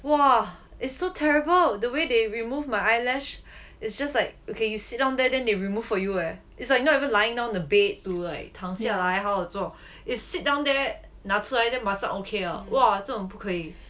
!wah! is so terrible the way they remove my eyelash it's just like okay you sit down there then they remove for you eh it's like not even lying on the bed to 躺下来好好做 is sit down there 拿出来马上 okay liao !wah! 这种不可以